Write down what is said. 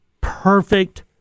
perfect